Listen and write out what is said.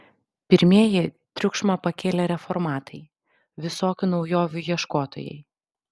pirmieji triukšmą pakėlė reformatai visokių naujovių ieškotojai